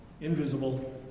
Invisible